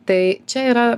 tai čia yra